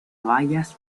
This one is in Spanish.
bayas